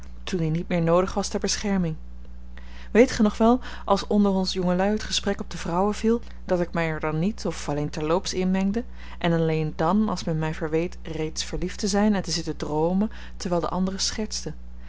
toen die niet meer noodig was ter bescherming weet gij nog wel als onder ons jongelui het gesprek op de vrouwen viel dat ik mij er dan niet of alleen terloops in mengde en alleen dan als men mij verweet reeds verliefd te zijn en te zitten droomen terwijl de anderen schertsten